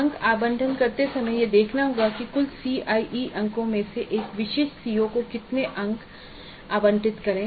अंक आवंटन करते समय यह देखना होगा कि कुल सीआईई अंकों में से एक विशिष्ट सीओ को कितने अंक आवंटित करे